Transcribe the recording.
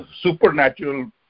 supernatural